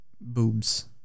boobs